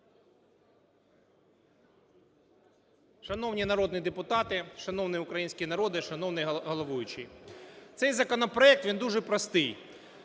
Шановні народні депутати, шановний український народе, шановний головуючий! Цей законопроект - він дуже простий.